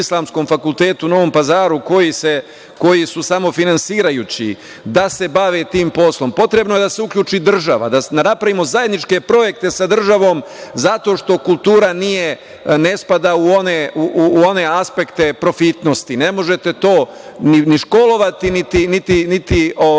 islamskom fakultetu u Novom Pazaru koji su samofinansirajući, da se bave tim poslom. Potrebno je da se uključi država, da napravimo zajedničke projekte sa državom zato što kultura ne spada u one aspekte profitnosti. Ne možete to ni školovati, niti